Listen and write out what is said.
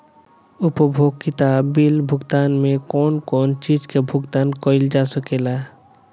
उपयोगिता बिल भुगतान में कौन कौन चीज के भुगतान कइल जा सके ला?